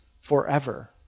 forever